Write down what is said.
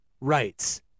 rights